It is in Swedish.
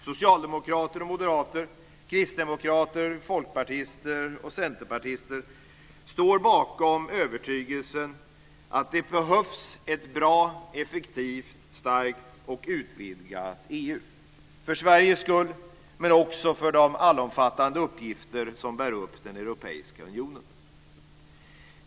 Socialdemokrater och moderater, kristdemokrater, folkpartister och centerpartister står bakom övertygelsen att det behövs ett bra, effektivt, starkt och utvidgat EU, för Sveriges skull men också för de allomfattande uppgifter som bär upp den europeiska unionen.